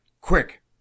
quick